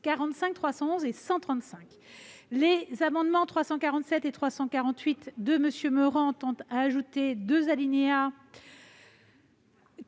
ces amendements. Les amendements n 347 et 348 de M. Meurant tendent à ajouter deux alinéas,